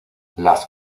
las